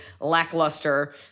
lackluster